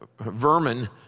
vermin